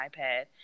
iPad